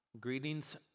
Greetings